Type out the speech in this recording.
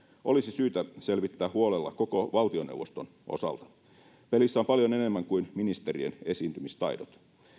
olisi syytä selvittää huolella koko valtioneuvoston osalta pelissä on paljon enemmän kuin ministerien esiintymistaidot